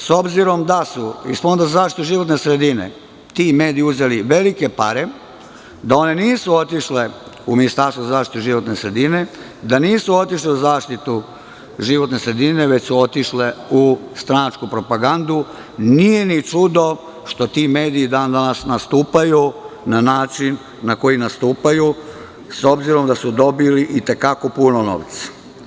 S obzirom da su iz Fonda za zaštitu životne sredine ti mediji uzeli velike pare, da one nisu otišle u Ministarstvo za zaštitu životne sredine, da nisu otišle za zaštitu životne sredine, već su otišle u stranačku propagandu, nije ni čudo što ti mediji dan-danas nastupaju na način na koji nastupaju, s obzirom da su dobili i te kako puno novca.